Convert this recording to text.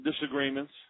disagreements